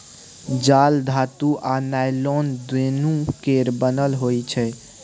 जाल धातु आ नॉयलान दुनु केर बनल होइ छै